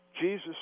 Jesus